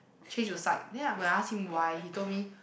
change to psych then I when I will ask him why he told me